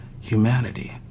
humanity